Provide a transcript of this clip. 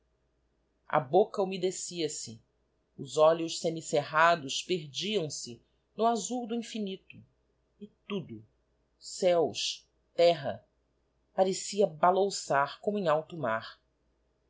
a bocca humedecia se os olhos semicerrados perdiam-se no azul do infinito e tudo céos terra parecia balouçar como em alto mar